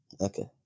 okay